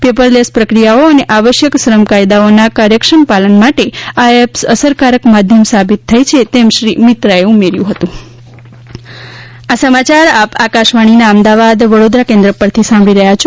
paperless પ્રક્રિયાઓ અને આવશ્યક શ્રમ કાયદાઓના કાર્યક્ષમ પાલન માટે આ એપ્સ અસરકારક માધ્યમ સાબિત થઈ છે તેમ શ્રી મિત્રાએ ઉમેર્યું હતું કોરોના સંદેશ આ પ્રાદેશિક સમાચાર આપ આકાશવાણીના અમદાવાદ વડોદરા કેન્દ્ર પરથી સાંભળી રહ્યા છે